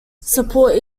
support